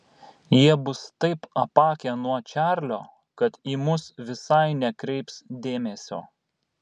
jie bus taip apakę nuo čarlio kad į mus visai nekreips dėmesio